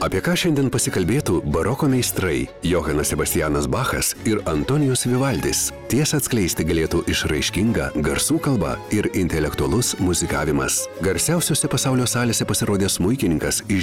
apie ką šiandien pasikalbėtų baroko meistrai johanas sebastianas bachas ir antonijus vivaldis tiesą atskleisti galėtų išraiškinga garsų kalba ir intelektualus muzikavimas garsiausiose pasaulio salėse pasirodė smuikininkas iš